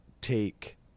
take